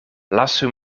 lasu